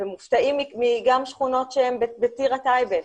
מופתעים משכונות שהם בטירה וטייבה,